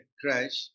crash